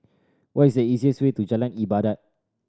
what is the easiest way to Jalan Ibadat